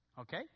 Okay